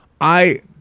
I-